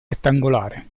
rettangolare